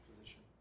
position